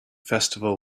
festival